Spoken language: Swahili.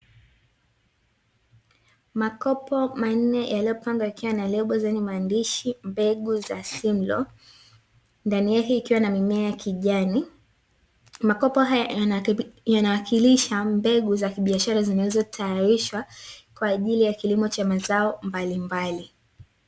Makopo manne yaliyopangwa yakiwa na lebo zenye maandishi, "mbegu za simlaw", ndani yake kukiwa na mimea ya kijani. Makopo haya yanawakilisha mbegu za kibiashara zinazotayarishwa, kwa ajili ya kilimo cha mazao mbalimbali.